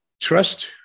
trust